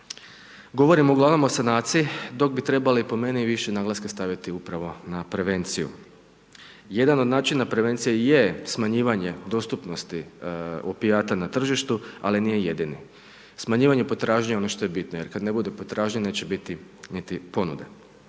govorimo ugl. o sanaciji, dok bi trebali po meni, više naglaska staviti upravo na prevenciju. Jedan od načina prevencija je smanjivanje dostupnosti opijata na tržištu, ali nije jedino. Smanjivanje potražnje j ono što j bitno, jer kada neće biti potražnje, neće biti niti ponude.